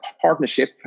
partnership